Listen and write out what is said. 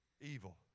evil